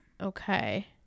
Okay